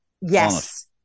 Yes